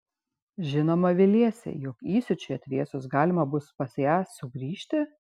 žinoma viliesi jog įsiūčiui atvėsus galima bus pas ją sugrįžti